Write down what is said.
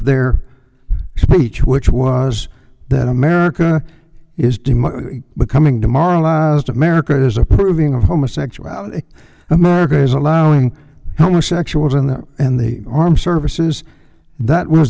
their speech which was that america is do becoming demoralized america is approving of homosexuality america is allowing homosexuals in there and the armed services that was